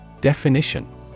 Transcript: Definition